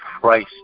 price